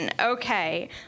Okay